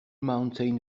mountain